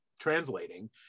translating